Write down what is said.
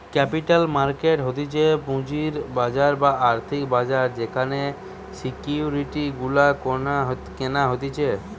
capital market হতিছে পুঁজির বাজার বা আর্থিক বাজার যেখানে সিকিউরিটি গুলা কেনা হতিছে